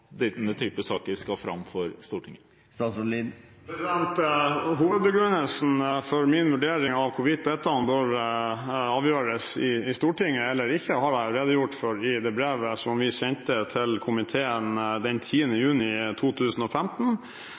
skal legges fram for Stortinget? Hovedbegrunnelsen for min vurdering av hvorvidt dette bør avgjøres i Stortinget eller ikke, har jeg allerede gjort i det brevet som vi sendte til komiteen den 10. juni 2015.